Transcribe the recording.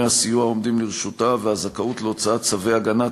הסיוע העומדים לרשותה והזכאות להוצאת צווי הגנה,